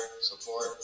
support